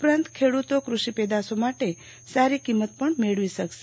ઉપરાંત ખેડ઼તો કૃષિ પેદાશો માટે સારી કિંમ મેળવી શકશે